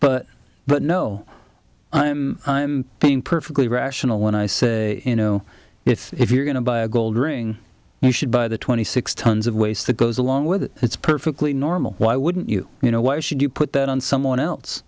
but but no i'm being perfectly rational when i say you know if if you're going to buy a gold ring you should buy the twenty six tons of waste that goes along with it it's perfectly normal why wouldn't you you know why should you put that on someone else